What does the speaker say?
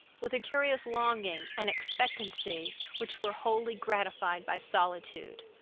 with a curious longing and expectancy which were wholly gratified by solitude.